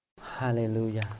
Hallelujah